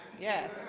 Yes